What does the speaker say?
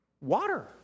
Water